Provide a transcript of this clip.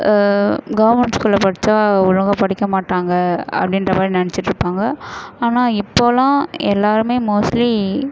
government ஸ்கூல்ல படித்தா ஒழுங்காக படிக்க மாட்டாங்க அப்படின்ற மாதிரி நினச்சிட்டு இருப்பாங்க ஆனால் இப்போதெலாம் எல்லோருமே மோஸ்ட்லி